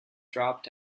dropped